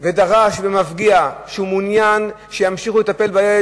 ודרש במפגיע ואמר שהוא מעוניין שימשיכו לטפל בילד,